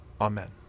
Amen